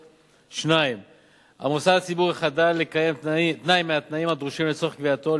2. המוסד הציבורי חדל לקיים תנאי מהתנאים הדרושים לצורך קביעתו.